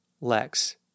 Lex